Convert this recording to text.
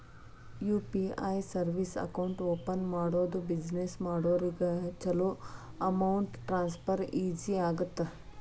UPI service account open ಮಾಡೋದು business ಮಾಡೋರಿಗ ಚೊಲೋ ಅಮೌಂಟ್ ಟ್ರಾನ್ಸ್ಫರ್ ಈಜಿ ಆಗತ್ತ